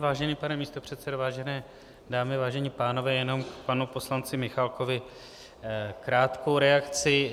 Vážený pane místopředsedo, vážené dámy, vážení pánové, jenom k panu poslanci Michálkovi krátkou reakci.